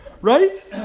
Right